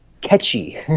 catchy